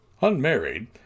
Unmarried